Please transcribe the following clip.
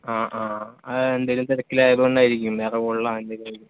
ആ ആ അത് എന്തേലും തിരക്കിലായതോണ്ട് ആയിരിക്കും വേറെ കോളിലാണ് എന്തേലും ആയിരിക്കും